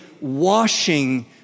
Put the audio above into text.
washing